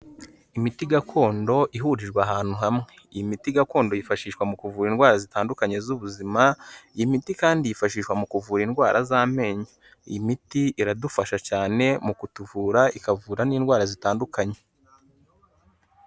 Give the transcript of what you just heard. Imiti gakondo ihuririjwe ahantu hamwe. Iyi miti gakondo yifashishwa mu kuvura indwara zitandukanye z'ubuzima, iyi imiti kandi yifashishwa mu kuvura indwara z'amenyo, iyi miti iradufasha cyane mu kutuvura, ikavura n'indwara zitandukanye.